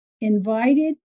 invited